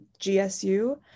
GSU